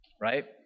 Right